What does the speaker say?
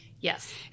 Yes